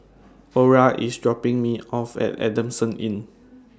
Ora IS dropping Me off At Adamson Inn